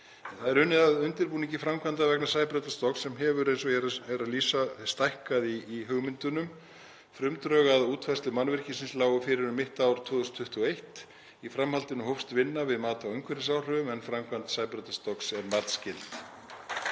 Það er unnið að undirbúningi framkvæmda vegna Sæbrautarstokks sem hefur, eins og ég er að lýsa, stækkað í hugmyndunum. Frumdrög að útfærslu mannvirkisins lágu fyrir um mitt ár 2021. Í framhaldinu hófst vinna við mat á umhverfisáhrifum en framkvæmd Sæbrautarstokks er matsskyld